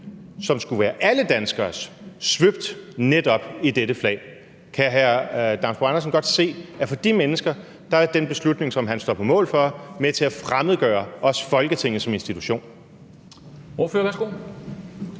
som skulle være alle danskeres, svøbt netop i dette flag. Kan hr. Lennart Damsbo-Andersen godt se, at for de mennesker er den beslutning, som han står på mål for, med til at fremmedgøre Folketinget som institution?